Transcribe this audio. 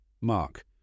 Mark